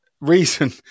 Reason